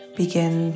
begin